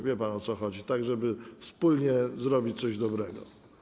Wie pan, o co chodzi - żeby wspólnie zrobić coś dobrego.